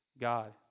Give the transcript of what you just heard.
God